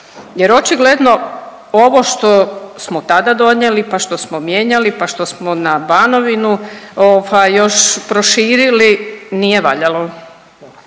jer očigledno ovo što smo tada donijeli pa što smo mijenjali pa što smo na Banovinu ovaj, još proširili, nije valjalo